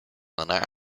mina